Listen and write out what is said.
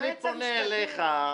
אני פונה אליך,